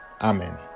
Amen